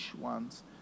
ones